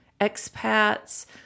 expats